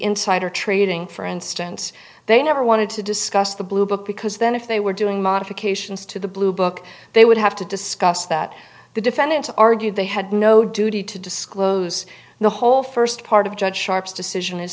insider trading for instance they never wanted to discuss the blue book because then if they were doing modifications to the blue book they would have to discuss that the defendant argued they had no duty to disclose the whole first part of judge sharp's decision is